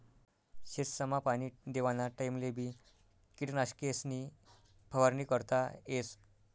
शेतसमा पाणी देवाना टाइमलेबी किटकनाशकेसनी फवारणी करता येस